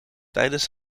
tijdens